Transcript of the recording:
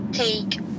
Take